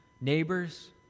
neighbors